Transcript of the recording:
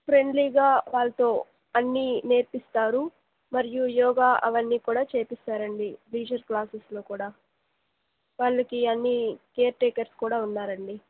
ఫ్రెండ్లీగా వాళ్ళతో అన్నీ నేర్పిస్తారు మరియు యోగా అవన్నీ కూడా చెయ్యిస్తారండి లీజర్ క్లాసెస్లో కూడా వాళ్ళకి అన్నీ కేర్టేకర్స్ కూడా ఉన్నారండి